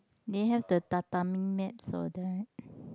they have the tatami mats all that